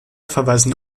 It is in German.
verweisen